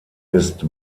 ist